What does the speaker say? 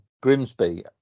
Grimsby